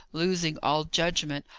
losing all judgment,